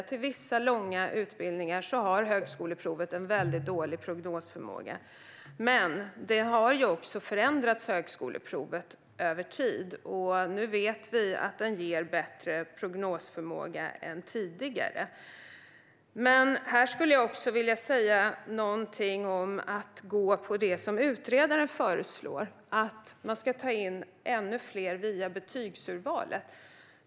Till vissa långa utbildningar har högskoleprovet en väldigt dålig prognosförmåga. Men högskoleprovet har förändrats över tid. Nu vet vi att det har bättre prognosförmåga än tidigare. Här vill jag säga någonting om att följa det utredaren föreslår om att man ska ta in ännu fler via betygsurvalet.